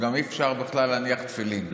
גם אי-אפשר בכלל להניח תפילין.